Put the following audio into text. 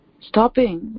stopping